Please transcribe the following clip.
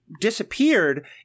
disappeared